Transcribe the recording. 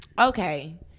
Okay